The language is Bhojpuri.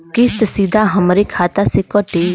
किस्त सीधा हमरे खाता से कटी?